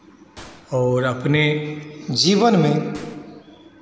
और अपने जीवन में